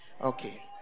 Okay